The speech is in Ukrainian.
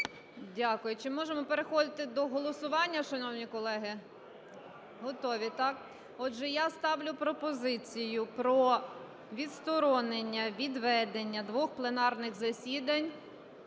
Дякую. Чи можемо переходити до голосування, шановні колеги? Готові, так? Отже, я ставлю пропозицію про відсторонення від ведення двох пленарних засідань